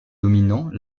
dominant